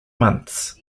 months